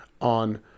on